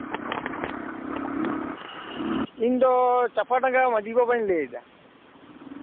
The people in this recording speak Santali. ᱤᱧᱫᱚ ᱪᱟᱸᱯᱟᱰᱟᱝᱜᱟ ᱢᱟᱺᱡᱷᱤ ᱵᱟᱵᱟᱧ ᱞᱟᱹᱭᱫᱟ